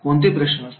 कोणते प्रश्न असतील